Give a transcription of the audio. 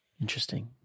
Interesting